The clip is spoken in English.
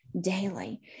daily